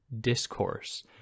discourse